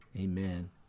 amen